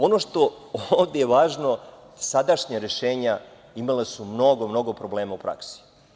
Ono što je ovde važno, sadašnja rešenja imala su mnogo problema u praksi.